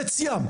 חציים.